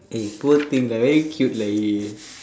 eh poor thing lah very cute lah he